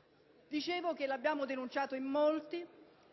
in molti abbiamo denunciato questo problema ed